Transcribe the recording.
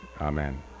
Amen